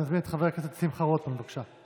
אני מזמין את חבר הכנסת שמחה רוטמן, בבקשה.